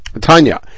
Tanya